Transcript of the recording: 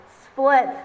split